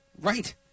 Right